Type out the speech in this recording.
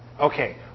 okay